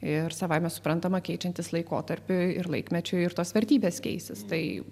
ir savaime suprantama keičiantis laikotarpiui ir laikmečiui ir tos vertybės keisis tai